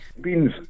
Beans